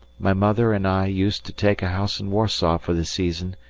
my mother and i used to take a house in warsaw for the season,